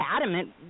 adamant